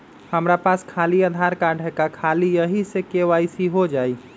हमरा पास खाली आधार कार्ड है, का ख़ाली यही से के.वाई.सी हो जाइ?